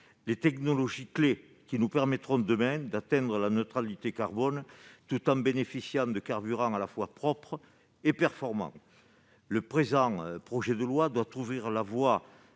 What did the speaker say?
des technologies clés, qui nous permettront demain d'atteindre la neutralité carbone tout en bénéficiant de carburants à la fois propres et performants. Le présent texte doit ouvrir la voie